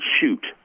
shoot